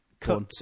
cut